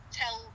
tell